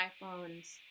iphones